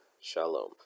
Shalom